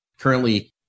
currently